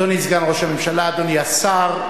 אדוני סגן ראש הממשלה, אדוני השר,